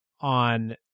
on